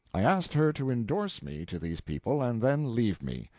i asked her to indorse me to these people, and then leave me.